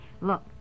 Look